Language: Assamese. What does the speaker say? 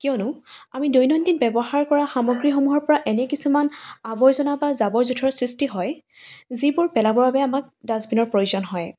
কিয়নো আমি দৈনন্দিন ব্যৱহাৰ কৰা সামগ্ৰীসমূহৰ পৰা এনে কিছুমান আৱৰ্জনা বা জাবৰ জোঁথৰ সৃষ্টি হয় যিবোৰ পেলাবৰ বাবে আমাক ডাষ্টবিনৰ প্ৰয়োজন হয়